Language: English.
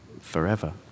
forever